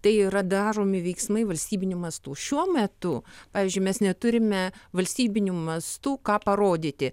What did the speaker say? tai yra daromi veiksmai valstybiniu mastu šiuo metu pavyzdžiui mes neturime valstybiniu mastu ką parodyti